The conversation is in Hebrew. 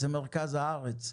זה מרכז הארץ.